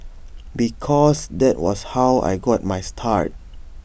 because that was how I got my start